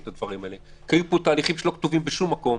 את הדברים האלה כי היו פה תהליכים שלא כתובים בשום מקום,